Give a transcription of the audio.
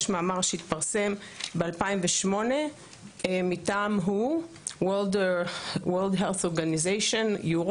יש מאמר שהתפרסם ב-2008 מטעםWHO -World Health Organization Europe